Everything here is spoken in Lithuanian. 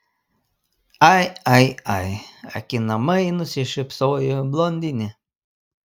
ai ai ai akinamai nusišypsojo blondinė